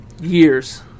Years